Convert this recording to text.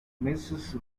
mrs